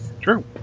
True